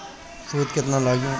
सूद केतना लागी?